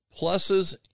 pluses